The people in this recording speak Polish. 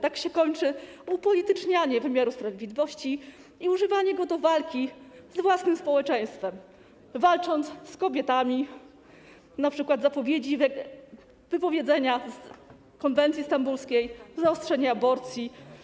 Tak się kończy upolitycznianie wymiaru sprawiedliwości i używanie go do walki z własnym społeczeństwem, walki z kobietami, np. poprzez wypowiedzenie konwencji stambulskiej, zaostrzenie aborcji.